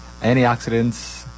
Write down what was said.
antioxidants